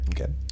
Okay